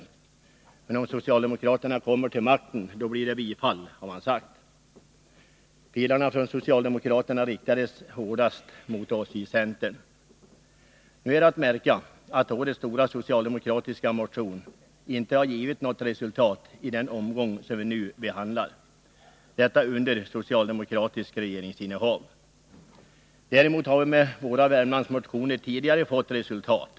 Kommer socialdemokraterna till makten blir det bifall, har man sagt. Pilarna från socialdemokraterna riktades mest mot centern. Nu är att märka att årets ”stora socialdemokratiska motion” inte har givit något resultat i den här omgången, detta under socialdemokratiskt regeringsinnehav. Däremot har våra tidigare Värmlandsmotioner gett resultat.